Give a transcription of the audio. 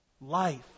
Life